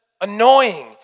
annoying